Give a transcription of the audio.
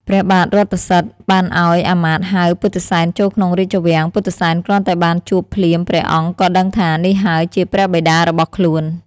ព្រះបាទរថសិទ្ធិបានឲ្យអាមាត្យហៅពុទ្ធិសែនចូលក្នុងរាជវាំង ពុទ្ធិសែនគ្រាន់តែបានជួបភ្លាមព្រះអង្គក៏ដឹងថានេះហើយជាព្រះបិតារបស់ខ្លួន។